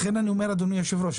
אדוני היושב-ראש,